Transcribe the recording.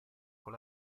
con